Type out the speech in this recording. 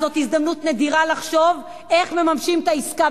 זאת הזדמנות נדירה לחשוב איך מממשים את העסקה,